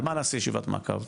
על מה נעשה ישיבת מעקב?